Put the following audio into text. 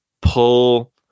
pull